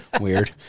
Weird